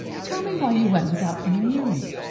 tell me why you went without coming near me.